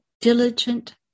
diligent